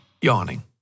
yawning